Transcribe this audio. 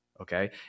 okay